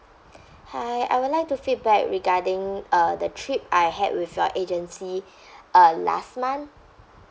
hi I would like to feedback regarding uh the trip I had with your agency uh last month